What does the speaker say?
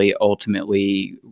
ultimately